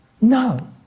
No